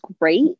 great